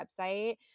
website